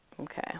okay